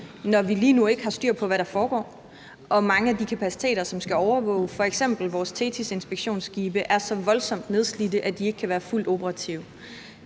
når vi lige nu ikke har styr på, hvad der foregår, og når mange af de kapaciteter, som skal overvåge området, f.eks. vores Thetisinspektionsskibe, er så voldsomt nedslidte, at de ikke kan være fuldt operative.